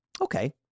Okay